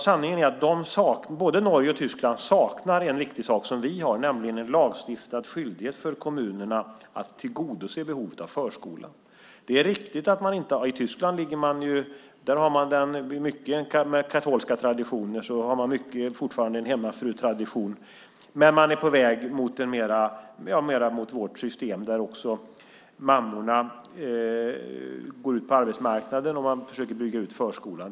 Sanningen är att både Norge och Tyskland saknar en viktig sak som vi har, nämligen en lagstiftad skyldighet för kommunerna att tillgodose behovet av förskola. I Tyskland har man med katolska traditioner fortfarande en hemmafrutradition. Men man är på väg mer mot vårt system där också mammorna går ut på arbetsmarknaden, och man försöker bygga ut förskolan.